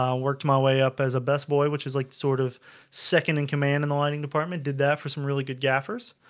um worked my way up as a best boy, which is like sort of second in command in the lighting department did that for some really good gaffers?